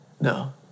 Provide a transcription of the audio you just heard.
No